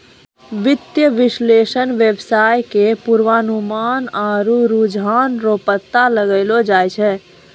वित्तीय विश्लेषक वेवसाय के पूर्वानुमान आरु रुझान रो पता लगैलो जाय छै